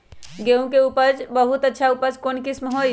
गेंहू के बहुत अच्छा उपज कौन किस्म होई?